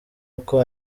uko